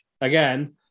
again